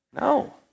No